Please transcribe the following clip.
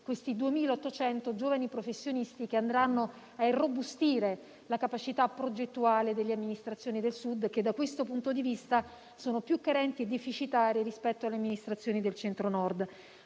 questi 2.800 giovani professionisti che andranno a irrobustire la capacità progettuale delle amministrazioni del Sud, che da questo punto di vista sono più carenti e deficitarie rispetto alle amministrazioni del Centro-Nord.